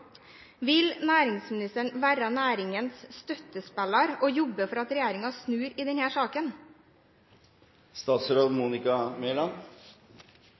Vil næringsministeren være næringens støttespiller og jobbe for at regjeringen snur i denne saken?